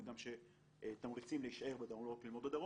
צריך גם תמריצים להישאר בדרום ולא רק ללמוד בדרום.